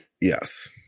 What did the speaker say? Yes